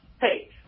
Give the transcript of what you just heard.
hey